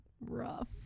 Rough